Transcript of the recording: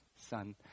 son